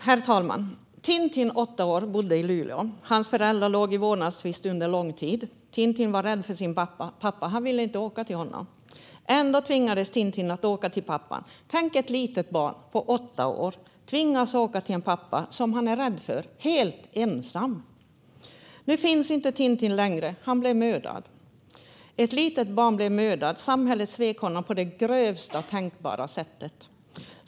Herr talman! Tintin, åtta år, bodde i Luleå. Hans föräldrar låg i vårdnadstvist under lång tid. Tintin var rädd för sin pappa och ville inte åka till honom. Ändå tvingades Tintin att åka till pappa. Tänk att ett litet barn på åtta år tvingas åka till en pappa som han är rädd för, helt ensam. Nu finns inte Tintin längre. Han blev mördad. Ett litet barn blev mördat. Samhället svek honom på grövsta tänkbara sätt.